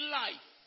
life